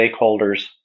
stakeholders